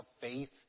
faith